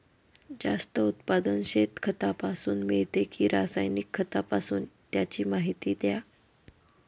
जास्त उत्पादन शेणखतापासून मिळते कि रासायनिक खतापासून? त्याची माहिती द्या